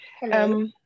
Hello